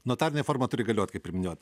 notarinė forma turi galiot kaip ir minėjot